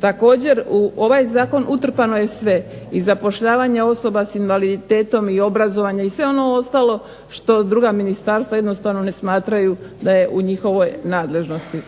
Također u ovaj zakon utrpano je sve, i zapošljavanje osoba s invaliditetom i obrazovanje i sve ono ostalo što druga ministarstva jednostavno ne smatraju da je u njihovoj nadležnosti.